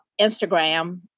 Instagram